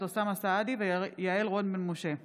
אוסאמה סעדי ויעל רון בן משה בנושא: